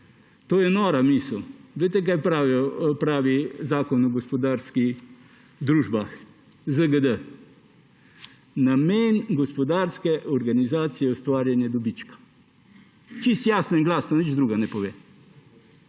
to je nora misel. Glejte, kaj pravi Zakon o gospodarskih družbah, ZGD: Namen gospodarske organizacije je ustvarjanje dobička. Čisto jasno in glasno, nič drugega ne pove.